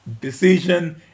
decision